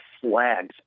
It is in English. flags